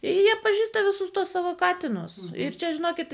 į ją pažįsta visus tuos savo katinus ir čia žinokit